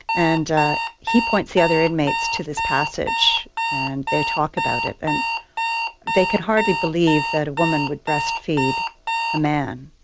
and he points the other inmates to this passage and they talk about it. and they could hardly believe that a woman would breastfeed a man,